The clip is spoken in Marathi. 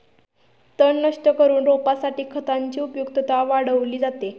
तण नष्ट करून रोपासाठी खतांची उपयुक्तता वाढवली जाते